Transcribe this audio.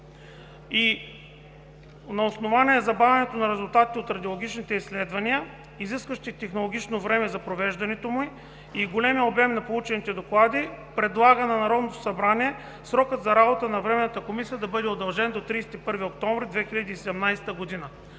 и на основание забавянето на резултатите от радиологичните изследвания, изискващи технологично време за провеждането им и големия обем на получените доклади предлага на Народното събрание срокът за работа на Временната комисия да бъде удължен до 31 октомври 2017 г.